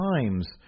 times